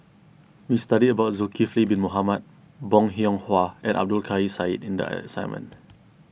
we studied about Zulkifli Bin Mohamed Bong Hiong Hwa and Abdul Kadir Syed in the assignment